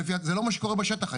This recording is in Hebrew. זה לא מה שקורה בשטח היום.